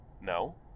No